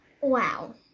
Wow